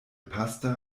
pasta